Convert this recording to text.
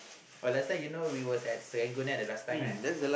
oh last time you know we was at Serangoon lah the last time lah